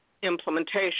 implementation